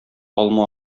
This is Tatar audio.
алма